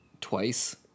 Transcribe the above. twice